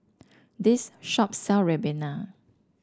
this shop sell Ribena